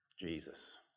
Jesus